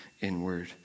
inward